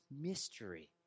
mystery